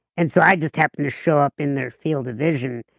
and so i just happened to show up in their field of vision,